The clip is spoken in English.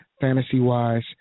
Fantasy-wise